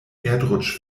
erdrutsch